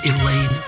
Elaine